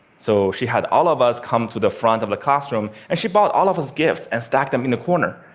so she had all of us come to the front of the classroom, and she bought all of us gifts and stacked them in the corner.